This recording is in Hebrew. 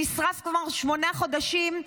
נשרף כבר שמונה חודשים,